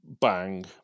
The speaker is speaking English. bang